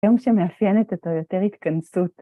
היום שמאפיינת אותו יותר התכנסות.